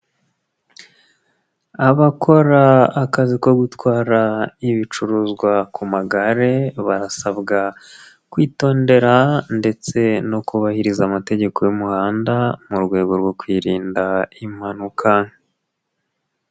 Abakora akazi ko gutwara ibicuruzwa ku magare, barasabwa kwitondera ndetse no kubahiriza amategeko y'umuhanda, mu rwego rwo kwirinda impanuka.